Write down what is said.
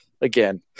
again